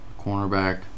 cornerback